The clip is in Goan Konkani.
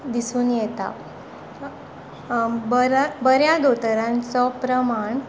दिसून येता बऱ्या दोतोरांचो प्रमाण